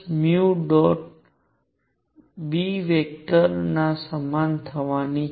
B ના સમાન થવાની છે